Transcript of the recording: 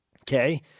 okay